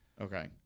Okay